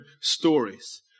stories